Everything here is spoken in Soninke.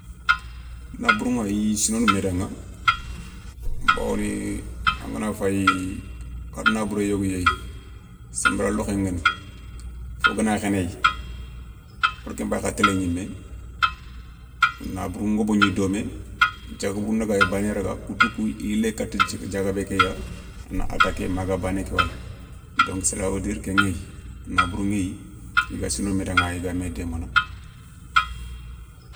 Na bourou ηa, i ya sounono mé daηa bawoni angana fayi har nabouré yogo yéyi senbera lokhen guéni fo gana khénéyi wor ken fayi har télé ñimé nabourou ngobo ñi domé diagabou ndaga i da bané raga, koutou kou i yilé kata diagabé ké ya na attaqué ma ga bané ké wala donc cela veut dire ken ηéyi. Nabourou ηéyi i ga sounono mé daηa i ga mé démana.